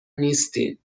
نیستین